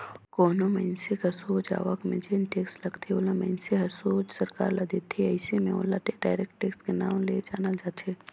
कोनो मइनसे कर सोझ आवक में जेन टेक्स लगथे ओला मइनसे हर सोझ सरकार ल देथे अइसे में ओला डायरेक्ट टेक्स कर नांव ले जानल जाथे